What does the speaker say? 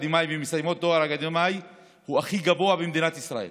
לתואר אקדמי ומסיימות תואר אקדמי הוא הכי גבוה במדינת ישראל